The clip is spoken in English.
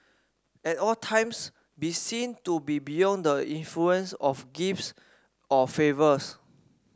at all times be seen to be beyond the influence of gifts or favours